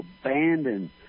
abandoned